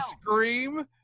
scream